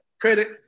credit